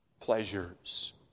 Pleasures